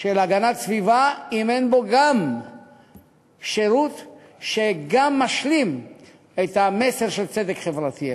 של הגנת הסביבה אם אין בו גם שירות שמשלים את המסר של צדק חברתי.